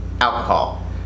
alcohol